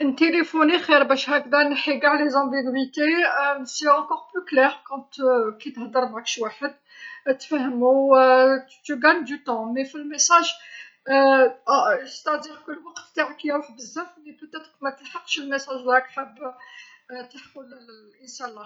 نتيليفوني خير باش هكذا نحي قاع الغموض، هو أيضا واضح أكثر عندما كي تهدر مع كاش واحد، تفهمو تحافظ بالوقت، لكن في الرسالة يعني أن الوقت تاعك يروح بزاف لكن يمكن أن ماتلحقش الرسالة اللي راك حاب تلحقو لل- للإنسان لاخر.